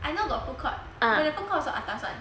I know got food court but the food court also atas [one]